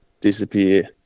disappear